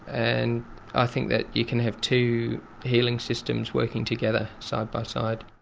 and i think that you can have two healing systems working together side by side.